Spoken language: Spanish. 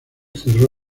cerró